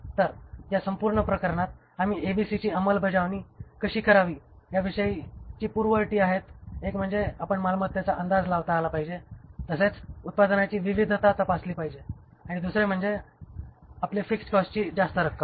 तर या संपूर्ण प्रकरणातआम्ही एबीसीची अंमलबजावणी कशी करावी याविषयीची पूर्वअटी आहेत एक म्हणजे आपण मालमत्तेचा अंदाज लावता आला पाहिजे तसेच उत्पादनांची विविधता तपासली पाहिजे आणि दुसरे आपले फिक्स्ड कॉस्टची जास्त रक्कम